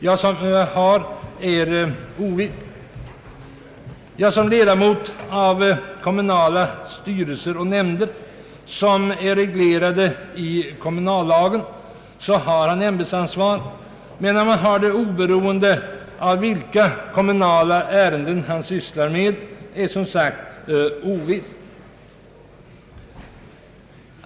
Ja, såsom ledamot av kommunala styrelser och nämnder, vilkas verksamhet är reglerad i kommunallagen, har han ämbetsansvar, men om han har det oberoende av vilka kommunala ärenden han sysslar med är nog rätt ovisst.